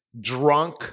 drunk